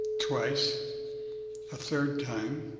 twice a third time.